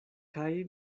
kaj